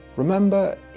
Remember